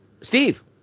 Steve